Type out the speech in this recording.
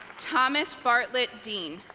thomas bartlett dean